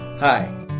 Hi